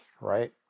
right